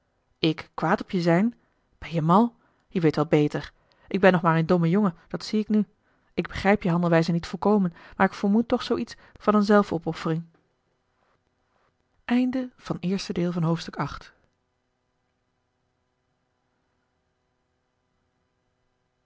ik kwaad op je zijn ben je mal je weet wel beter ik ben nog maar een domme jongen dat zie ik nu ik begrijp je handelwijze niet volkomen maar ik vermoed toch zoo iets van eene zelfopoffering